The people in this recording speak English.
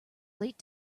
late